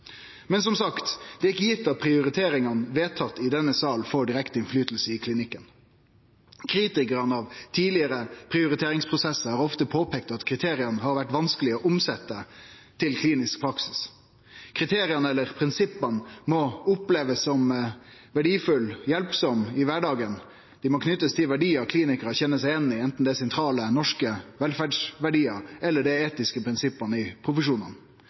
Men som sagt er det ikkje gitt at prioriteringane som blir vedtatt i denne salen, får direkte påverknad i klinikken. Kritikarane av tidlegare prioriteringsprosessar har ofte peika på at kriteria har vore vanskelege å omsetje til klinisk praksis. Ein må oppleve kriteria eller prinsippa som verdifulle og hjelpsame i kvardagen, dei må knyte seg til verdiar klinikarar kjenner seg igjen i, anten det er sentrale norske velferdsverdiar eller dei etiske prinsippa i